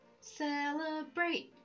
Celebrate